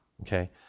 Okay